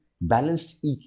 balanced